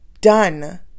done